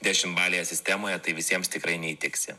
dešimtbalėje sistemoje tai visiems tikrai neįtiksi